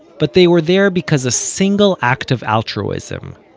but they were there because a single act of altruism,